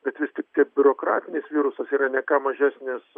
bet vis tik tiek biurokratinis virusas yra ne ką mažesnės